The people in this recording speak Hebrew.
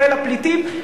כולל הפליטים,